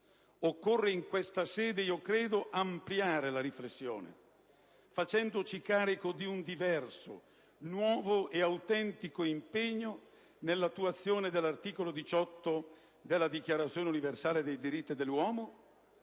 Occorre in questa sede io credo ampliare la riflessione facendoci carico di un diverso, nuovo e autentico impegno nell'attuazione dell'articolo 18 della Dichiarazione universale dei diritti dell'uomo,